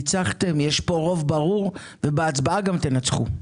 ניצחתם, יש כאן רוב ברור ובהצבעה גם תנצחו.